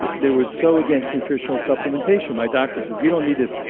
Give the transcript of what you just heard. they were so against nutritional supplementation. my doctor said you don't need this,